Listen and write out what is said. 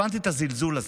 הבנתי את הזלזול הזה.